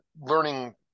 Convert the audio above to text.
learning